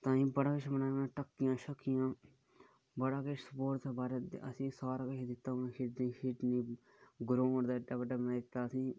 ताहीं बड़ा किश बनाया ढक्कियां शक्कियां बड़ा किश असें गी स्पोर्टस बगैरा ग्रांउड बी बनाई दिता असें गी